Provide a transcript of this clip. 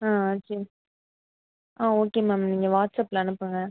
ஆ சரி ஆ okay ma'am நீங்கள் வாட்ஸப்பில் அனுப்புங்கள்